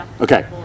Okay